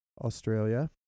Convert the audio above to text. Australia